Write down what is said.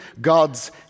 God's